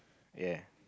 yea